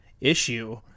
issue